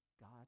god